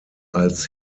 als